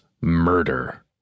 Murder